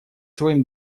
своим